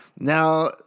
Now